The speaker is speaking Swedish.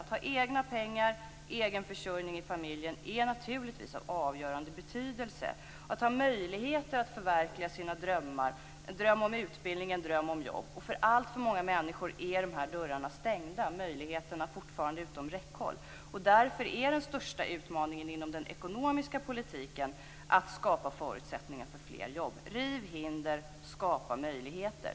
Att ha egna pengar, egen försörjning i familjen, är naturligtvis av avgörande betydelse. Det gäller att man skall ha möjligheter att förverkliga sina drömmar; en dröm om utbildning, en dröm om jobb. För alltför många människor är de här dörrarna stängda. Möjligheterna är fortfarande utom räckhåll. Därför är den största utmaningen inom den ekonomiska politiken att skapa förutsättningar för fler jobb. Riv hinder - skapa möjligheter!